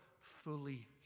fully